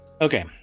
okay